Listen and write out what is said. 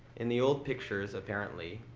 in the old pictures, apparently,